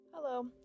Hello